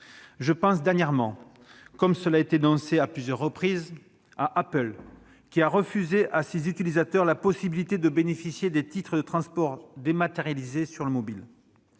Je pense, comme cela a été dénoncé à plusieurs reprises, à Apple, qui dernièrement a refusé à ses utilisateurs la possibilité de bénéficier de titres de transport dématérialisés sur mobile.